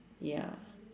ya